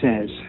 says